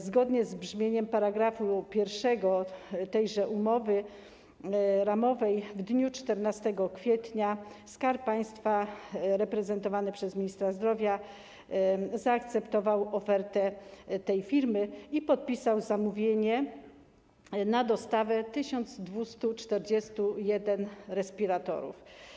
Zgodnie z brzmieniem §1 tejże umowy ramowej w dniu 14 kwietnia Skarb Państwa reprezentowany przez ministra zdrowia zaakceptował ofertę tej firmy i podpisał zamówienie na dostawę 1241 respiratorów.